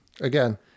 Again